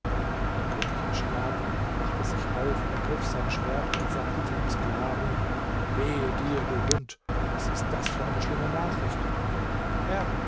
der könig erschrak machte sich auf ergriff sein schwert und sagte zu dem sklaven wehe dir du hund was ist das für eine schlimme nachricht herr